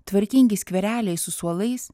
tvarkingi skvereliai su suolais